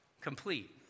complete